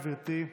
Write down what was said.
גברתי,